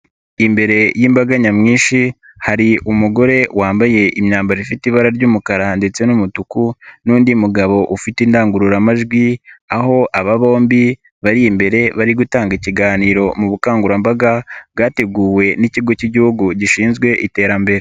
Imbere y'imbaga nyamwinshi hari umugore wambaye imyambaro ifite ibara ry'umukara ndetse n'umutuku n'undi mugabo ufite indangururamajwi aho aba bombi bari imbere bari gutanga ikiganiro mu bukangurambaga bwateguwe n'ikigo k'Igihugu gishinzwe iterambere.